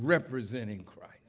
representing cry